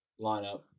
lineup